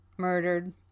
murdered